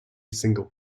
single